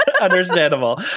Understandable